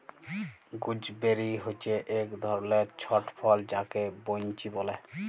gooseberry হচ্যে এক ধরলের ছট ফল যাকে বৈনচি ব্যলে